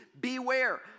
beware